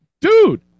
dude